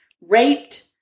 raped